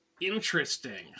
Interesting